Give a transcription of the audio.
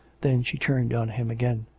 then she turned on him again.